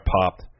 popped